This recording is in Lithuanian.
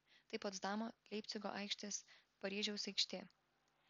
tai potsdamo leipcigo aikštės paryžiaus aikštė